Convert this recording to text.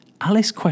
Alice